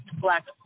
black